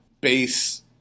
base